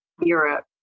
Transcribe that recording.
Europe